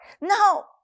no